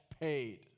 paid